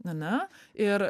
ane ir